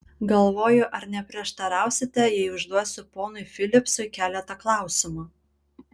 galvoju ar neprieštarausite jei užduosiu ponui filipsui keletą klausimų